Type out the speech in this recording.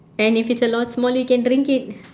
and if it's a lot smaller you can drink it